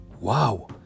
Wow